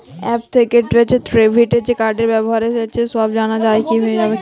App থেকে credit কার্ডর ব্যাপারে সব জানা যাবে কি?